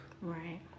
Right